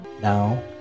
Now